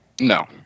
No